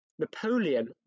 Napoleon